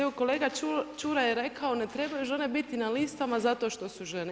Evo kolega Čuraj je rekao, ne trebaju žene biti na listama zato što su žene.